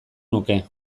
nuke